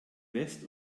west